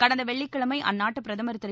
கடந்த வெள்ளிக்கிழமை அந்நாட்டுப் பிரதமர் திரு